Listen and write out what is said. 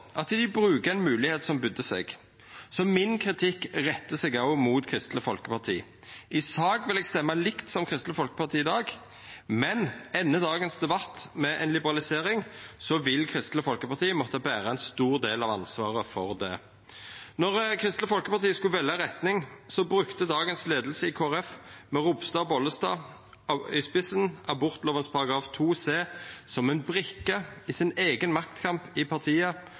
at dei bruker ei moglegheit som bydde seg, så kritikken min rettar seg også mot Kristeleg Folkeparti. I sak vil eg røysta likt med Kristeleg Folkeparti i dag, men endar debatten i dag med ei liberalisering, vil Kristeleg Folkeparti måtte bera ein stor del av ansvaret for det. Når Kristeleg Folkeparti skulle velja retning, brukte dagens leiing i Kristeleg Folkeparti, med Ropstad og Bollestad i spissen, abortloven § 2 c som ei brikke i sin eigen maktkamp i partiet